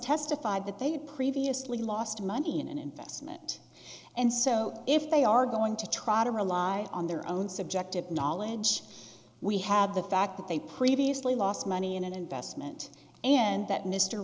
testified that they had previously lost money in an investment and so if they are going to try to rely on their own subjective knowledge we have the fact that they previously lost money in an investment and that mr